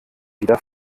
wieder